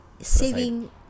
saving